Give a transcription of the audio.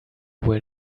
will